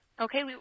Okay